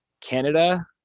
Canada